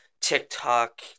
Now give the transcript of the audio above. TikTok